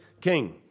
king